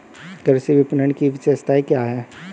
कृषि विपणन की विशेषताएं क्या हैं?